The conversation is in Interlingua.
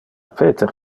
peter